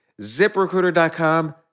ZipRecruiter.com